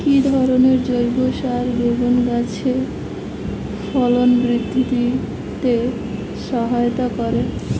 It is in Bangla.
কি ধরনের জৈব সার বেগুন গাছে ফলন বৃদ্ধিতে সহায়তা করে?